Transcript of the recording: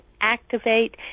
activate